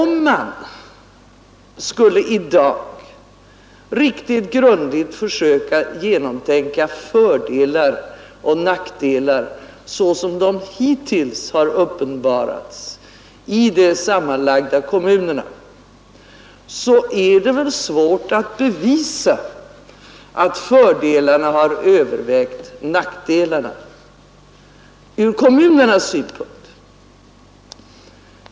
Men om man i dag riktigt grundligt skulle försöka genomtänka fördelar och nackdelar såsom de hittills har uppenbarats i de sammanlagda kommunerna, är det svårt att bevisa att fördelarna har övervägt nackdelarna ur kommunernas synpunkt.